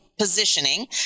positioning